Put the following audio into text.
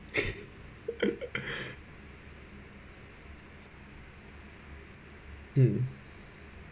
mm